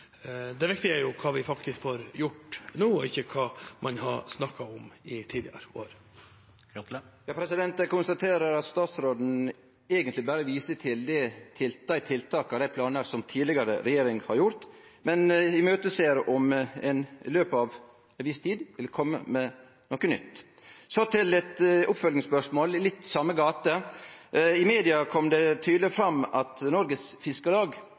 det viktige er hva vi faktisk får gjort nå, og ikke hva man har snakket om i tidligere år. Olve Grotle – til oppfølgingsspørsmål. Eg konstaterer at statsråden eigentleg berre viser til dei tiltaka og dei planane som den tidlegare regjeringa har gjort, men ser fram til at ein i løpet av ei viss tid vil kome med noko nytt. Så til eit oppfølgingsspørsmål litt i same gate: I media kom det tydeleg fram at